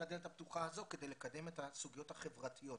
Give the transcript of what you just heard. הדלת הפתוחה הזו כדי לקדם את הסוגיות החברתיות.